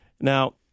now